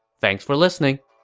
thanks for listening